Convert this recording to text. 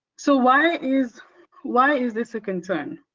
so why is why is this a concern?